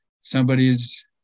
somebody's